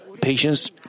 patience